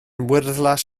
wyrddlas